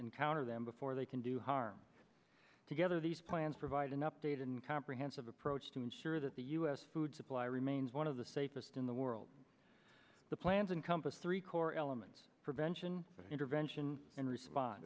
and counter them before they can do harm together these plans provide an updated and comprehensive approach to ensure that the u s food supply remains one of the safest in the world the plans and compass three core elements prevention intervention and respon